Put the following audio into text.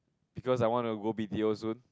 because I want to go B_T_O soon